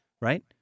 right